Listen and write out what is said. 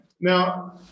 Now